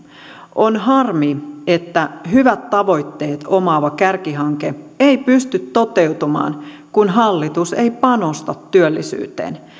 on harmi että hyvät tavoitteet omaava kärkihanke ei pysty toteutumaan kun hallitus ei panosta työllisyyteen